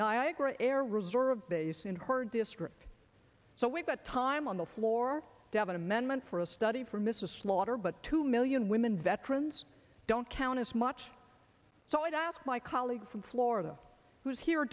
niagara air reserve base in her district so we've got time on the floor devon amendment for a study for mrs slaughter but two million women veterans don't count as much so i asked my colleague from florida who is here